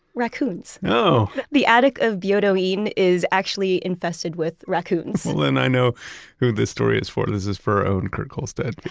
raccoons. the attic of byodo-in is actually infested with raccoons then i know who this story is for. this is for our own kurt kholstedt.